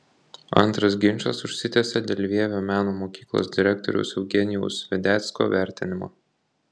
antras ginčas užsitęsė dėl vievio meno mokyklos direktoriaus eugenijaus vedecko vertinimo